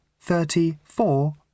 thirty-four